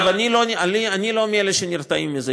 אגב, אני לא מאלה שנרתעים מזה.